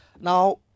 now